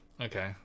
okay